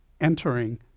entering